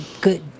Good